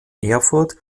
erfurt